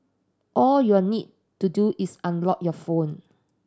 all you'll need to do is unlock your phone